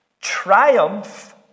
triumph